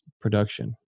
production